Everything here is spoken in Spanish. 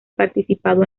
participado